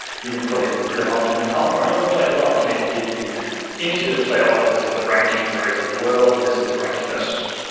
you can put in preneurmarketing com, or any website you like, and it will give you initially, it will say, ah this is the ranking for it in the world, and this is the ranking.